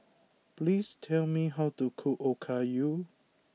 please tell me how to cook Okayu